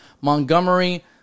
Montgomery